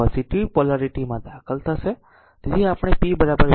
તેથી current positive polarity માં દાખલ થશે